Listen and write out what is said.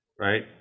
right